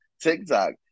TikTok